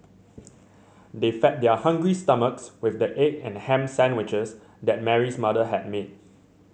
they fed their hungry stomachs with the egg and ham sandwiches that Mary's mother had made